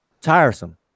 tiresome